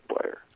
player